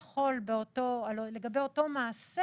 לגבי אותו מעשה